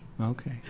Okay